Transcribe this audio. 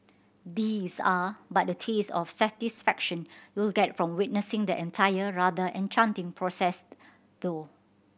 these are but a taste of satisfaction you'll get from witnessing the entire rather enchanting process though